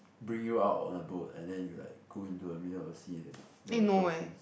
bring you out on the boat and then you like go into the middle of the sea then there was dolphins